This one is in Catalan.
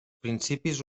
principis